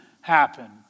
happen